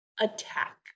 attack